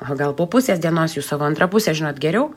o gal po pusės dienos jūs savo antrą pusę žinot geriau